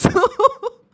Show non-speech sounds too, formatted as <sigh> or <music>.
so <laughs>